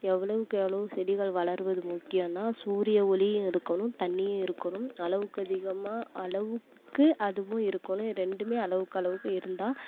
எவ்வளவுக்கெவ்வளவு செடிகள் வளர்வது முக்கியோனால் சூரிய ஒளியும் இருக்கணும் தண்ணியும் இருக்கணும் அளவுக்கு அதிகமான அளவுக்கு அதுவும் இருக்கணும் ரெண்டுமே அளவுக்கு அளவுக்கு இருந்தால்